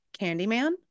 Candyman